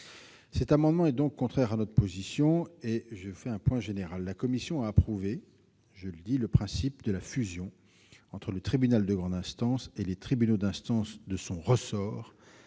cet amendement, qui est contraire à notre position, je fais un point général. La commission a approuvé le principe de la fusion entre le tribunal de grande instance et les tribunaux d'instance de son ressort,